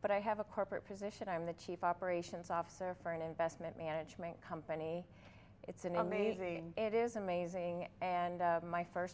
but i have a corporate position i'm the chief operations officer for an investment management company it's an amazing it is amazing and my first